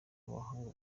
abahanga